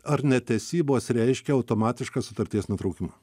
ar netesybos reiškia automatišką sutarties nutraukimą